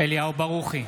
אליהו ברוכי,